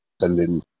sending